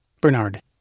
Bernard